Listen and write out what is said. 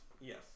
Yes